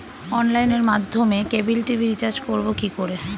অনলাইনের মাধ্যমে cable TV recharge করব কি করে?